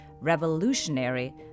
revolutionary